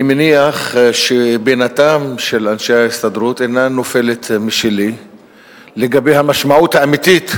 אני מניח שבינתם של אנשי ההסתדרות אינה נופלת משלי לגבי המשמעות האמיתית